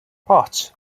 parts